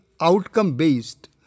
outcome-based